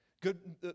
Good